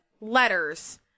letters